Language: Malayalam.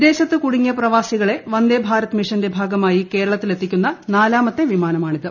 വിദേശ്ത്ത് കൂടുങ്ങിയ പ്രവാസികളെ വന്ദേ ഭാരത് മിഷന്റെ ഭാഗമായി കേരളത്തിലെത്തിക്കുന്ന നാലാമത്തെ വിമാനമാണിത്